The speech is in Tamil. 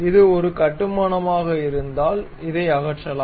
இது ஒரு கட்டுமானமாக இருந்தால் அதை அகற்றலாம்